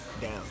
down